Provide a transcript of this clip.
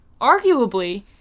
arguably